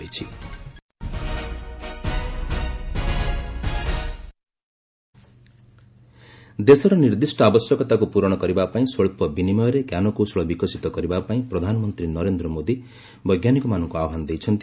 PM scientist ଦେଶର ନିର୍ଦ୍ଦିଷ୍ଟ ଆବଶ୍ୟକତାକୁ ପୂରଣ କରିବା ପାଇଁ ସ୍ୱଚ୍ଚ ବିନିମୟରେ ଞ୍ଜାନକୌଶଳ ବିକଶିତ କରିବା ପାଇଁ ପ୍ରଧାନମନ୍ତ୍ରୀ ନରେନ୍ଦ୍ର ମୋଦି ବୈଜ୍ଞାନିକମାନଙ୍କୁ ଆହ୍ବାନ ଦେଇଛନ୍ତି